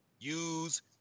use